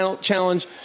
Challenge